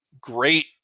great